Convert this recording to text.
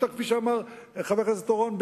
כפי שאמר חבר הכנסת אורון,